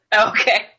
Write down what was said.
Okay